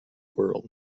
world